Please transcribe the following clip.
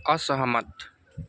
असहमत